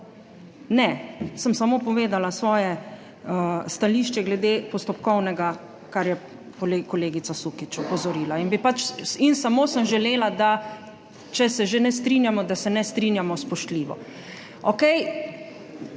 Ne, sem samo povedala svoje stališče glede postopkovnega, na kar je kolegica Sukič opozorila. In sem samo želela, če se že ne strinjamo, da se ne strinjamo spoštljivo.